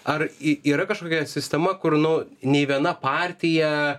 ar y yra kažkokia sistema kur nu nei viena partija